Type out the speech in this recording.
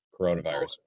coronavirus